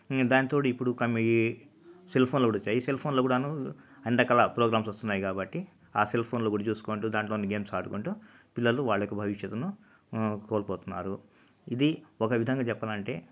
ఇంక దాని తోడు ఇప్పుడు సెల్ ఫోన్లు వచ్చాయి సెల్ ఫోన్లు కూడాను అన్ని రకాల ప్రోగ్రామ్స్ వస్తున్నాయి కాబట్టి ఆ సెల్ ఫోన్లు కూడా చేసుకుంటూ దానిలోని గేమ్స్ ఆడుకుంటూ పిల్లలు వాళ్ళకి వాళ్ళు చదువును కోల్పోతున్నారు ఇది ఒక విధంగా చెప్పాలంటే